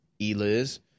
eliz